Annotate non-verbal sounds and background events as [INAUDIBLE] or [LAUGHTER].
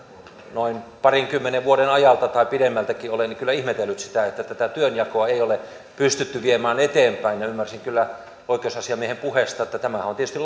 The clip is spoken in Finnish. noin parinkymmenen vuoden ajalta tai pidemmältäkin olen kyllä ihmetellyt sitä että tätä työnjakoa ei ole pystytty viemään eteenpäin ymmärsin kyllä oikeusasiamiehen puheesta että tämähän on tietysti [UNINTELLIGIBLE]